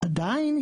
עדיין,